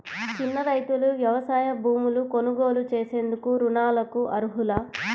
చిన్న రైతులు వ్యవసాయ భూములు కొనుగోలు చేసేందుకు రుణాలకు అర్హులా?